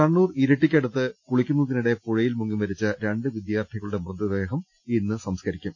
കണ്ണൂർ ഇരിട്ടിയ്ക്കടുത്ത് കുളിയ്ക്കുന്നതിനിടെ പുഴയിൽ മുങ്ങിമരിച്ച രണ്ട് വിദ്യാർത്ഥികളുടെ മൃതദേഹം ഇന്ന് സംസ്ക്കരി ക്കും